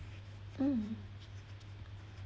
um